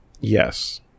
Yes